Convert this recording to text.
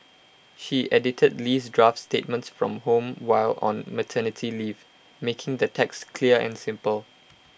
she edited Lee's draft statements from home while on maternity leave making the text clear and simple